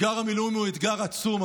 אתגר המילואים הוא אתגר עצום.